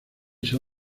sea